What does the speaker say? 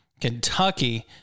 Kentucky